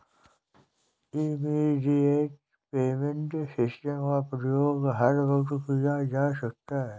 immediate payment system का प्रयोग हर वक्त किया जा सकता है